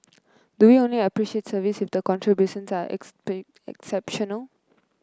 do we only appreciate service if the contributions are exceptional